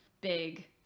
big